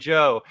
Joe